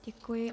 Děkuji.